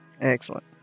Excellent